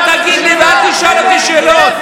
אל תגיד לי ואל תשאל אותי שאלות.